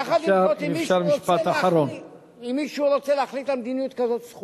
יחד עם זאת, אם מישהו רוצה להחליט, תודה.